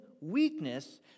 weakness